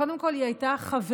קודם כול היא הייתה חברה,